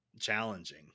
challenging